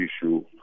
issue